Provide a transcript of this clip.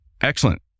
Excellent